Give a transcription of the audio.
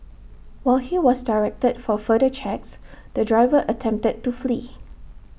while he was directed for further checks the driver attempted to flee